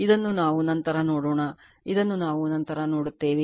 ಇದನ್ನು ನಾವು ನಂತರ ನೋಡೋಣ ಇದನ್ನು ನಾವು ನಂತರ ನೋಡುತ್ತೇವೆ